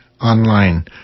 online